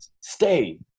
stay